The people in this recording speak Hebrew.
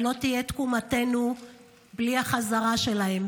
לא תהיה תקומתנו בלי החזרה שלהם.